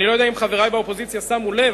אני לא יודע אם חברי באופוזיציה שמו לב,